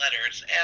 letters